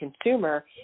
consumer